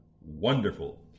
wonderful